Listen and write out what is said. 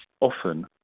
Often